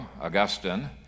Augustine